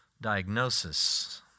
diagnosis